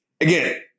Again